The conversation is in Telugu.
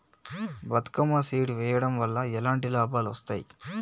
బతుకమ్మ సీడ్ వెయ్యడం వల్ల ఎలాంటి లాభాలు వస్తాయి?